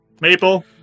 Maple